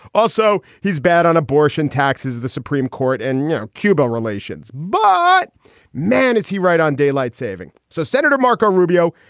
also, he's bad on abortion, taxes, the supreme court and you know cuba relations. but man, is he right on daylight saving. so, senator marco rubio,